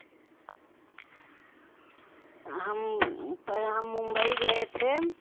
हम हम मुंबई गए थे